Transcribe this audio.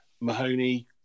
Mahoney